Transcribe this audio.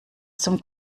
zum